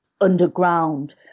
underground